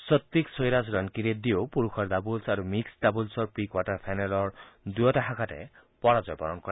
সত্বিক শ্বৰাজ ৰেংকিৰেড্ডীয়েও পুৰুষৰ ডাবলছ আৰু মিক্সড ডাবলছৰ প্ৰি কোৱাৰ্টাৰ ফাইনেলৰ দুয়োটা শাখাতে পৰাজয় বৰণ কৰে